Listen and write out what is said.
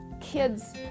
kids